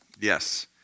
Yes